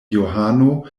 johano